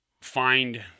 find